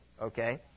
okay